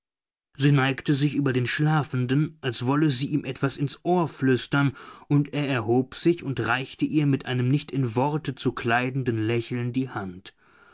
sie neigte sich über den schlafenden als wolle sie ihm etwas ins ohr flüstern und er erhob sich und reichte ihr mit einem nicht in worte zu kleidenden lächeln die hand